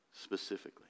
specifically